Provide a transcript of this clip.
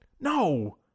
No